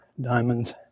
diamonds